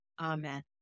Amen